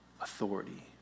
authority